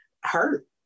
hurt